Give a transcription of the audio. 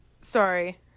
Sorry